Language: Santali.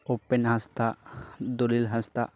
ᱩᱯᱮᱱ ᱦᱟᱸᱥᱫᱟ ᱫᱚᱞᱤᱞ ᱦᱟᱸᱥᱫᱟ